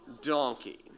donkey